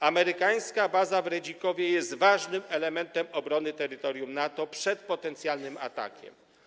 Amerykańska baza w Redzikowie jest ważnym elementem obrony terytorium NATO przed potencjalnym atakiem.